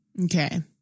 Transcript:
Okay